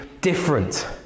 different